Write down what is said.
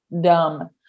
dumb